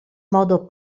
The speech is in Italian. modo